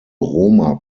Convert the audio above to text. roma